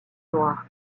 noir